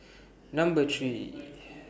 Number three